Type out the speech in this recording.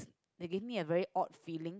they gave me a very odd feeling